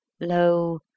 Lo